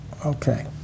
Okay